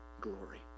glory